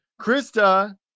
Krista